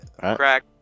Crack